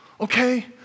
okay